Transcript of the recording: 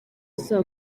saa